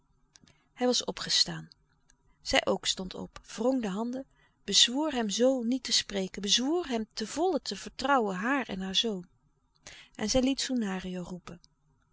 hij was opgestaan zij ook stond op wrong de handen bezwoer hem zoo niet te spreken bezwoer hem ten volle te vertrouwen haar en haar zoon en zij liet soenario roepen